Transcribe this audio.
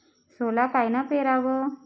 सोला कायनं पेराव?